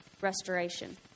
restoration